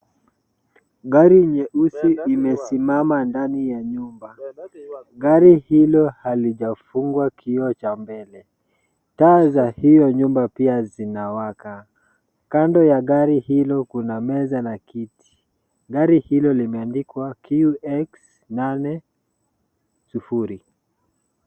Gari jeusi limesimama ndani ya nyumba. Gari hilo halijafungwa kioo cha mbele. Taa za hiyo nyumba pia zinawaka. Kando ya gari hilo kuna meza na kiti. Gari hilo limeandikwa QX80.